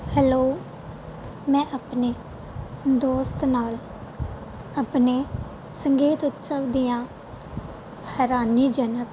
hello ਮੈਂ ਆਪਣੇ ਦੋਸਤ ਨਾਲ ਆਪਣੇ ਸੰਗੀਤ ਉਤਸਵ ਦੀਆਂ ਹੈਰਾਨੀਜਨਕ